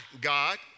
God